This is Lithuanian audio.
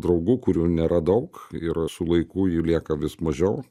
draugų kurių nėra daug ir su laiku jų lieka vis mažiau